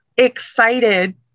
excited